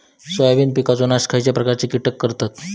Soybean पिकांचो नाश खयच्या प्रकारचे कीटक करतत?